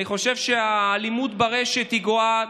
אני חושב שהאלימות ברשת גואה.